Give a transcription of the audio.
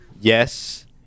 yes